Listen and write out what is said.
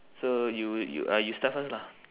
so you you ah you start first lah